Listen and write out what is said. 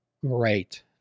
Great